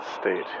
state